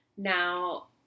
Now